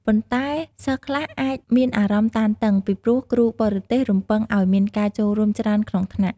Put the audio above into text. ប៉ុន្តែសិស្សខ្លះអាចមានអារម្មណ៍តានតឹង ពីព្រោះគ្រូបរទេសរំពឹងឲ្យមានការចូលរួមច្រើនក្នុងថ្នាក់។